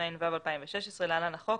התשע"ו 2016 (להלן החוק),